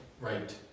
Right